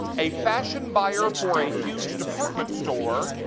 a fashion buyer for a huge department store,